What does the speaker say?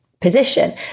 position